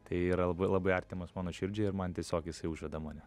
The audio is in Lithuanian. tai yra labai labai artimas mano širdžiai ir man tiesiog jisai užveda mane